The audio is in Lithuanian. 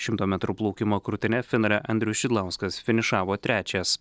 šimto metrų plaukimo krūtine finale andrius šidlauskas finišavo trečias